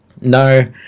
no